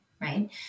Right